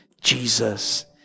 Jesus